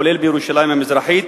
כולל בירושלים המזרחית,